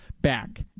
back